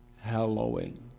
Hallowing